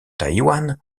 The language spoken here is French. taïwan